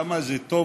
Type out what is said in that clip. כמה זה טוב,